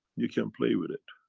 you can play with it.